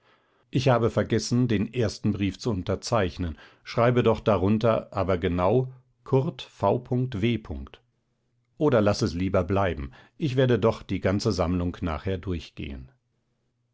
ich habe vergessen den ersten brief zu unterzeichnen schreibe doch darunter aber genau kurt v w oder laß es lieber bleiben ich werde doch die ganze sammlung nachher durchgehen